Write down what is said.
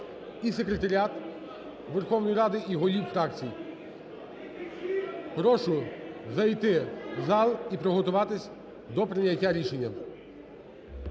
і Секретаріат Верховної Ради, і голів фракцій. (Шум в залі) Прошу зайти в зал і приготуватися до прийняття рішення.